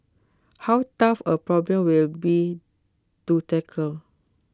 how tough A problem will be to tackle